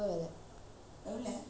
என்னது:ennathu gymnastics ah